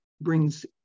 brings